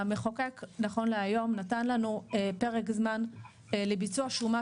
המחוקק נכון להיום נתן לנו פרק זמן לביצוע שומה